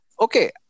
Okay